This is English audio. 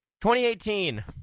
2018